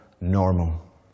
normal